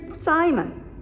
Simon